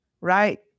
right